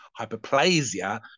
Hyperplasia